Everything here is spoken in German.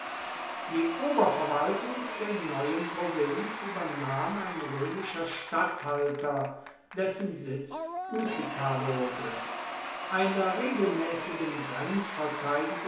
die oberverwaltung der neuen provinz übernahm ein römischer statthalter dessen sitz utica wurde einer regelmäßigen